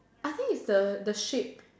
I think is the the shape